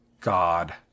God